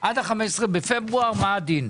עד ה-15 בפברואר, מה הדין?